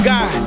God